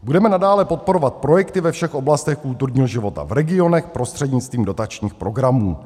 Budeme nadále podporovat projekty ve všech oblastech kulturního života v regionech prostřednictvím dotačních programů.